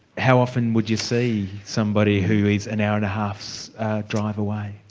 how often would you see somebody who is an hour and a half's drive away?